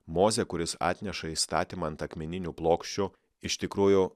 mozę kuris atneša įstatymą ant akmeninių plokščių iš tikrųjų